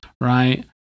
right